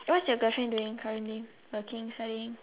what's your girlfriend doing currently working studying